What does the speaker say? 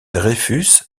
dreyfus